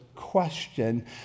question